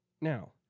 Now